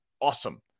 awesome